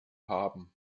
haben